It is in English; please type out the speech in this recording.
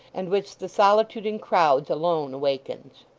and which the solitude in crowds alone awakens.